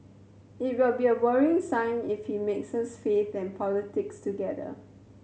it will be a worrying sign if he mixes faith and politics together